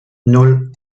nan